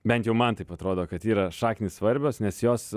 bent jau man taip atrodo kad yra šaknys svarbios nes jos